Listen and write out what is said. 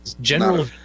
General